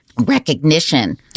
recognition